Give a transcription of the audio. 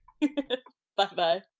bye-bye